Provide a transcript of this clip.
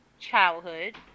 childhood